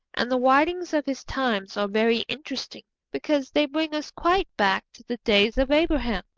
and the writings of his times are very interesting, because they bring us quite back to the days of abraham.